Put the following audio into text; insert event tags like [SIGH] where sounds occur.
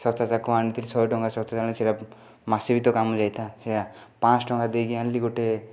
ଶସ୍ତା ଚାକୁ ଆଣିଥିଲି ଶହେଟଙ୍କାର ଶସ୍ତା [UNINTELLIGIBLE] ସେଇଟା ମାସେ ବି ତ କାମ ଯାଇଥାନ୍ତା ସେଇଟା ପାଞ୍ଚଶହ ଟଙ୍କା ଦେଇକି ଆଣିଲି ଗୋଟେ